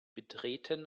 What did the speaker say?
betreten